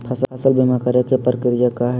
फसल बीमा करे के प्रक्रिया का हई?